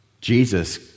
Jesus